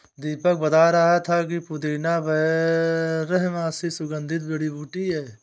दीपक बता रहा था कि पुदीना बारहमासी सुगंधित जड़ी बूटी है